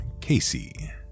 Casey